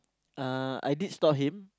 uh I did stop him